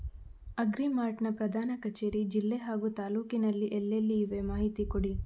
Agri Mart ನ ಪ್ರಧಾನ ಕಚೇರಿ ಜಿಲ್ಲೆ ಹಾಗೂ ತಾಲೂಕಿನಲ್ಲಿ ಎಲ್ಲೆಲ್ಲಿ ಇವೆ ಮಾಹಿತಿ ಕೊಡಿ?